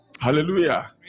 Hallelujah